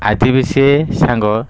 ଆଜି ବି ସିଏ ସାଙ୍ଗ